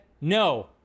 no